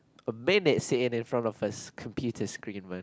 a minute sitting in front of his computer screen man